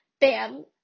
bam